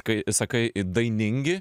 kai sakai dainingi